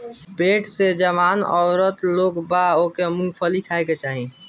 पेट से जवन औरत लोग बा ओके मूंगफली खाए के चाही